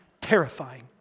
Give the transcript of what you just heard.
Terrifying